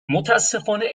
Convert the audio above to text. متأسفانه